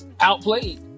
outplayed